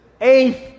Eighth